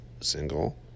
single